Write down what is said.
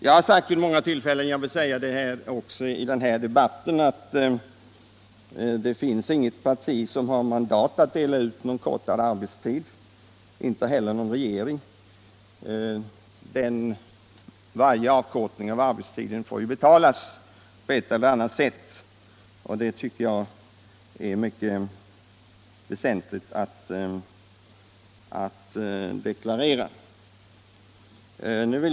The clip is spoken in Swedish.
Jag har sagt vid många tillfällen, och jag vill säga det också i denna debatt, att det finns inte något parti och inte heller någon regering som har mandat att dela ut någon kortare arbetstid. Varje avkortning av arbetstiden får ju betalas på ett eller annat sätt, och det tycker jag är mycket väsentligt att deklarera.